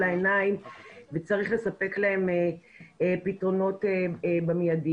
העיניים וצריך לספק להם פתרונות במידי.